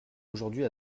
aujourd’hui